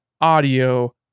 audio